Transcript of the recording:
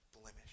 blemish